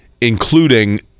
including